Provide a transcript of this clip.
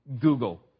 Google